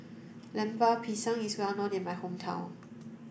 Lemper Pisang is well known in my hometown